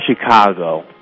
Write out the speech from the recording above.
Chicago